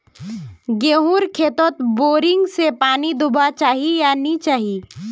गेँहूर खेतोत बोरिंग से पानी दुबा चही या नी चही?